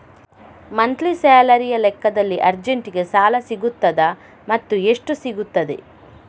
Monthly ಸ್ಯಾಲರಿಯ ಲೆಕ್ಕದಲ್ಲಿ ಅರ್ಜೆಂಟಿಗೆ ಸಾಲ ಸಿಗುತ್ತದಾ ಮತ್ತುಎಷ್ಟು ಸಿಗುತ್ತದೆ?